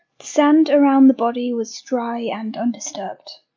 sand around the body was dry and undisturbed.